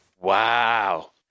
Wow